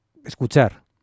escuchar